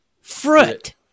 fruit